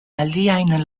aliajn